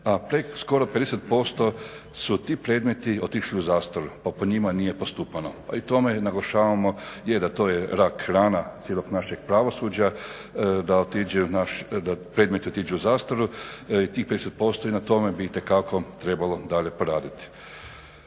preko 50% su ti predmeti otišli u zastaru pa po njima nije postupano. … naglašavamo da je to rak rana cijelog našeg pravosuđa da predmeti otiđu u zastaru, … na tome bi itekako trebalo dalje poraditi.